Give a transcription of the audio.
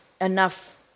enough